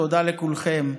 תודה לכולכם,